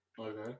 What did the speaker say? Okay